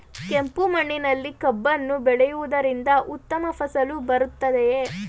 ಕೆಂಪು ಮಣ್ಣಿನಲ್ಲಿ ಕಬ್ಬನ್ನು ಬೆಳೆಯವುದರಿಂದ ಉತ್ತಮ ಫಸಲು ಬರುತ್ತದೆಯೇ?